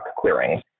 clearing